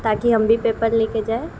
تاکہ ہم بھی پیپر لے کے جائیں